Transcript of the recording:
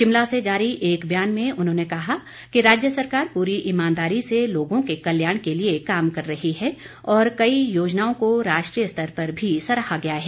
शिमला से जारी एक बयान में उन्होंने कहा कि राज्य सरकार पूरी ईमानदारी से लोगों के कल्याण के लिए काम कर रही है और कई योजनाओं को राष्ट्रीय स्तर पर भी सराहा गया है